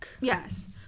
Yes